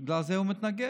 בגלל זה הוא מתנגד,